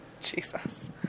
Jesus